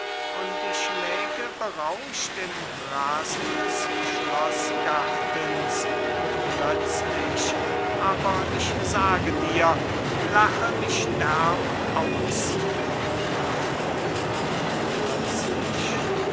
und ich läge berauscht im rasen des schloßgartens und plözlich es war zur stunde des mittags plözlich aber ich sage dir lache mich derb aus daniel